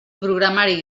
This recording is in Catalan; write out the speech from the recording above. programari